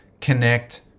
connect